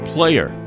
Player